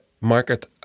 market